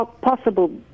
possible